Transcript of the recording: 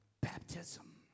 baptism